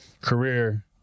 career